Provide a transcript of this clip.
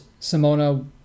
Simona